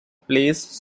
plays